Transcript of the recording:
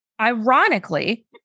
Ironically